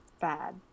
bad